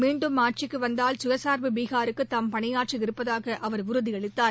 மீண்டும் ஆட்சிக்கு வந்தால் கயசாள்பு பீகாருக்கு தாம் பணியாற்ற இருப்பதாக அவர் உறுதியளித்தார்